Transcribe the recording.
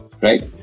right